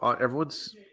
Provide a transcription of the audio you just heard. Everyone's